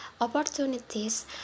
opportunities